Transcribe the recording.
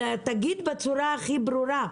אלא תגיד בצורה הכי ברורה: